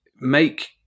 make